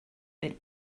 bit